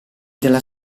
della